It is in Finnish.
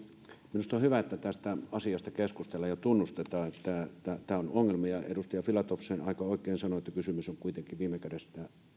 minusta on hyvä että tästä asiasta keskustellaan ja tunnustetaan että tässä on ongelmia edustaja filatov sen aika oikein sanoi että kysymys on kuitenkin viime kädessä